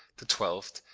the twelfth,